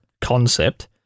concept